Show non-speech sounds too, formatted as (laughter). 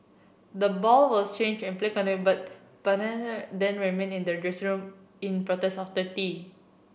the ball was changed and play continued but (unintelligible) then remained in their dressing room in protest after tea